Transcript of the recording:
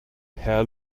herr